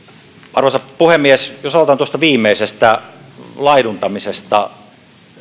arvoisa puhemies jos aloitan tuosta viimeisestä laiduntamisesta